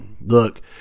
Look